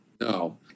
No